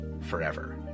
forever